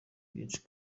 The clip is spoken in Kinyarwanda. byinshi